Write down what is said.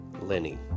Lenny